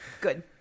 good